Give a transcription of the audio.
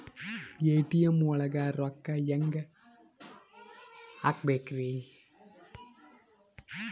ATM ಒಳಗ್ ರೊಕ್ಕ ಹೆಂಗ್ ಹ್ಹಾಕ್ಬೇಕ್ರಿ?